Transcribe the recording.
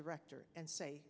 director and say